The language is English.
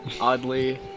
oddly